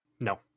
No